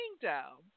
kingdom